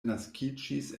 naskiĝis